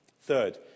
Third